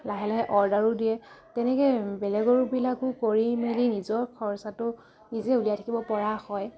লাহে লাহে অৰ্ডাৰো দিয়ে তেনেকৈ বেলেগৰোবিলাকো কৰি মেলি নিজৰ খৰচাটো নিজে উলিয়াই থাকিব পৰা হয়